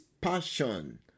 passion